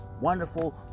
wonderful